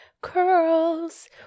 Curls